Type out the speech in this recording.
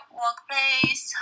workplace